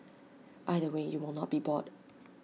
either way you will not be bored